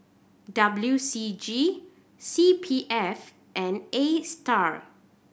W C G C P F and Astar